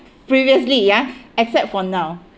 previously ya except for now